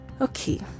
okay